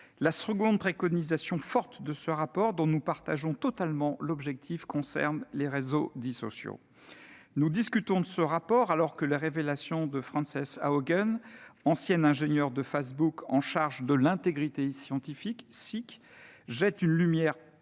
La deuxième préconisation forte de ce rapport, dont nous partageons totalement l'esprit, concerne les réseaux dits « sociaux ». Nous discutons de ce rapport, alors que les révélations de Frances Haugen, ancienne ingénieure de Facebook chargée de « l'intégrité civique »-!-, jettent une lumière crue